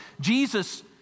Jesus